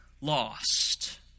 lost